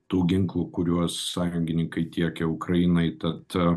tų ginklų kuriuos sąjungininkai tiekia ukrainai tad